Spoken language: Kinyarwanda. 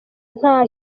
nta